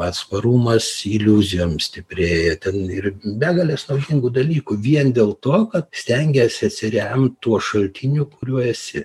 atsparumas iliuzijom stiprėja ten ir begalės naudingų dalykų vien dėl to kad stengiesi atsiremt tuo šaltiniu kuriuo esi